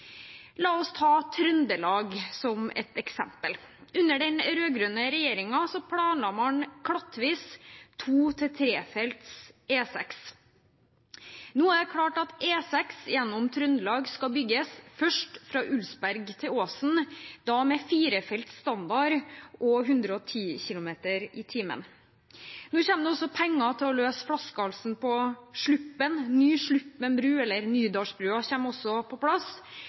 La oss ta Trøndelag som eksempel: Under den rød-grønne regjeringen planla man klattvis to- til trefelts E6. Nå er det klart at E6 gjennom Trøndelag skal bygges, først fra Ulsberg til Åsen, og der med firefelts standard og 110 km/t. Nå kommer det også penger til å løse flaskehalsen på Sluppen. En ny Sluppen bru, Nydalsbrua, kommer også på plass.